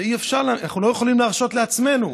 אנחנו לא יכולים להרשות לעצמנו.